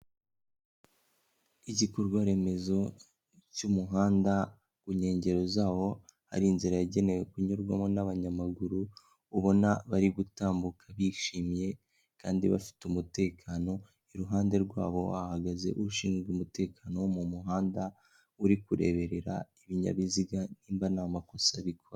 Igikorwa remezo cy'umuhanda, ku nkengero zawo hari inzira yagenewe kunyurwamo n'abanyamaguru ubona bari gutambuka bishimye kandi bafite umutekano, iruhande rwabo hahagaze ushinzwe umutekano wo mu muhanda uri kureberera ibinyabiziga nimba ntamakosa bikora.